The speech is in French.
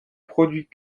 produit